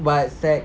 but sec